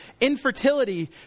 infertility